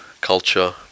culture